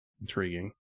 intriguing